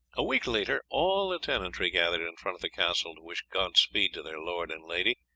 a week later all the tenantry gathered in front of the castle to wish god-speed to their lord and lady,